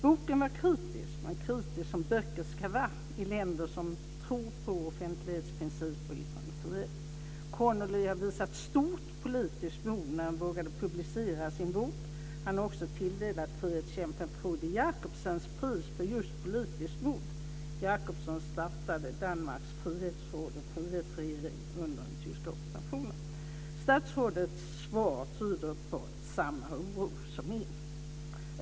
Boken var kritisk, men kritisk som böcker ska vara i länder som tror på offentlighetsprincip och yttrandefrihet. Connolly har visat stort politiskt mod när han vågade publicera sin bok. Han har också tilldelats frihetskämpens Frode Jakobsens pris för just politiskt mod. Jakobsen startade Danmarks Frihetsråd och Statsrådets svar tyder på att hon hyser samma oro som jag.